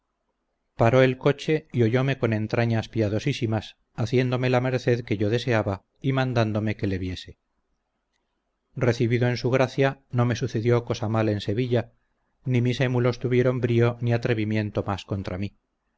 paró el coche y oyome con entrañas piadosísimas haciéndome la merced que yo deseaba y mandándome que le viese recibido en su gracia no me sucedió cosa mal en sevilla ni mis émulos tuvieron brio ni atrevimiento más contra mí